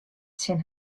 tsjin